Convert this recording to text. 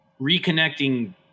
reconnecting